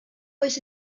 oes